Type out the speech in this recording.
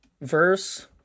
verse